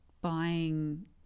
buying